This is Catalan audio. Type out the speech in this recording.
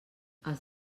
els